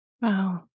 wow